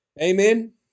Amen